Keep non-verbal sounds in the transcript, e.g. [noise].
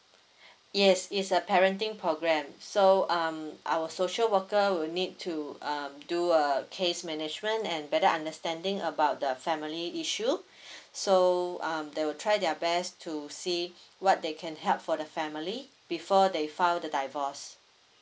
[breath] yes it's a parenting program so um our social worker will need to um do a case management and better understanding about the family issue [breath] so um they will try their best to see [breath] what they can help for the family before they file the divorce